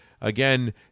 again